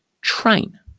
train